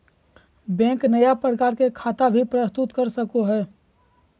bank नया प्रकार के खता भी प्रस्तुत कर सको हइ